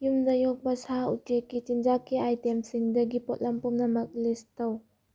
ꯌꯨꯝꯗ ꯌꯣꯛꯄ ꯁꯥ ꯎꯆꯦꯛꯀꯤ ꯆꯤꯟꯖꯥꯛꯀꯤ ꯑꯥꯏꯇꯦꯝꯁꯤꯡꯗꯒꯤ ꯄꯣꯠꯂꯝ ꯄꯨꯝꯅꯃꯛ ꯂꯤꯁ ꯇꯧ